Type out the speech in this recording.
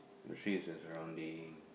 oh is a surrounding